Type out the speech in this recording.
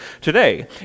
today